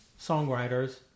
songwriters